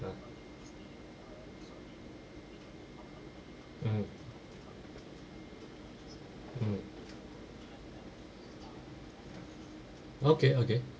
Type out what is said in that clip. ah ah mm okay okay